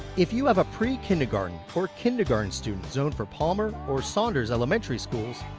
if you have a pre-kindergarten or kindergarten student zoned for palmer or saunders elementary schools,